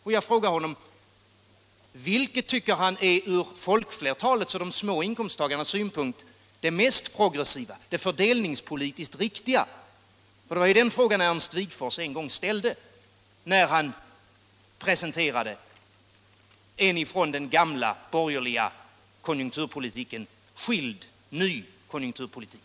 Vilket tycker herr Josefson är ur folkflertalets och de små inkomsttagarnas synpunkt det mest progressiva, det fördelningspolitiskt riktiga? Det var den frågan som Ernst Wigforss en gång ställde, när han presenterade en från den gamla borgerliga konjunkturpolitiken skild ny konjunkturpolitik.